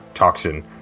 toxin